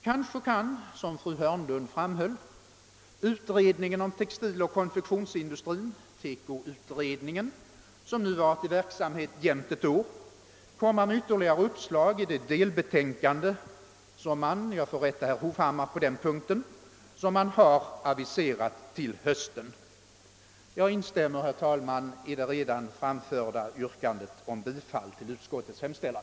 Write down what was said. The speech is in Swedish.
Kanske kan, såsom fru Hörnlund framhöll, utredningen om textiloch konfektionsindustrin , som nu varit i verksamhet under jämnt ett år, komma med ytterligare uppslag i det delbetänkande som man — här får jag rätta herr Hovhammar på den punkten — har aviserat till hösten. Jag instämmer, herr talman, i det redan framförda yrkandet om bifall till utskottets hemställan.